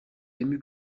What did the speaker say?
ému